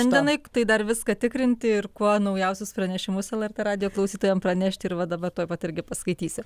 šiandienai tai dar viską tikrinti ir kuo naujausius pranešimus lrt radijo klausytojam pranešti ir va dabar tuoj pat irgi paskaitysiu